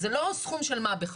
זה לא סכום של מה בכך.